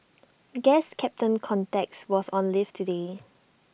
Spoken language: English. guess captain context was on leave today